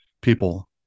people